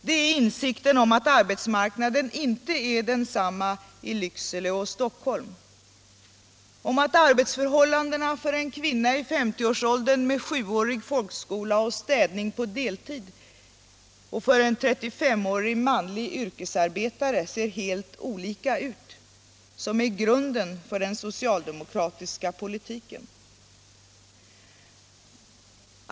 Det är insikten om att arbetsmarknaden inte är densamma i Lycksele och i Stockholm, insikten om att förhållandena för en kvinna i 50-årsåldern med sjuårig folkskola och städning på deltid och för en 35-årig manlig yrkesarbetare ser helt olika ut, som är grunden för den socialdemokratiska politiken.